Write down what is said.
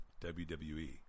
WWE